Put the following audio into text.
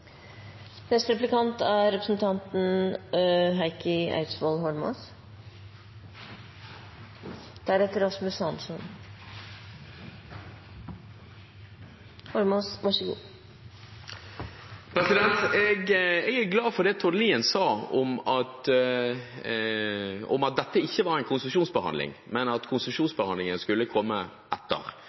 Jeg er glad for det Tord Lien sa om at dette ikke var en konsesjonsbehandling, men at konsesjonsbehandlingen skulle komme etter.